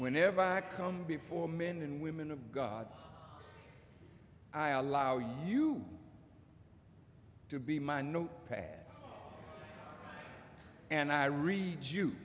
whenever i come before men and women of god i allow you to be my notepad and i read you